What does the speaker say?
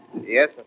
Yes